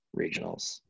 regionals